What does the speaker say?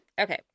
Okay